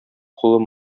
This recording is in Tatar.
кулы